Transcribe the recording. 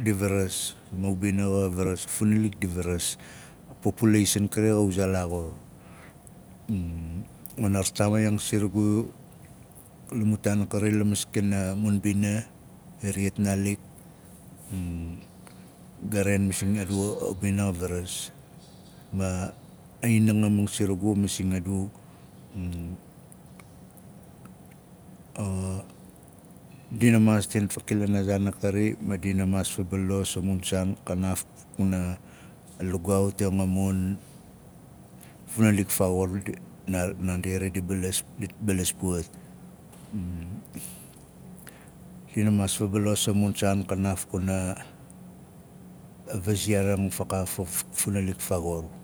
di varas ma ubing xa varas a funalik di varas a populeisan kari xa wuzaa laaxur wana rataamaaiang siragu la mutaan a kari la maskana mun mbina iriyat naalik ga rean masing adu a ubina xa varasma inangaming siragu masing a du dina maas taain fakilaan a mun saan a kar ma dina maas fabalos a mun saan kanaaf kuna a lugaaut ang a mun funalik faaxur naa- naandi ari di balas dit balas puwat dina maas fabalos a mun saan kanaaf kuna raiziaarang fakaaf a funalik faaxur.